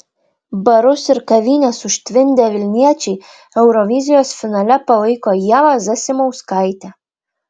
barus ir kavines užtvindę vilniečiai eurovizijos finale palaiko ievą zasimauskaitę